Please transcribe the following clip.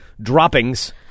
droppings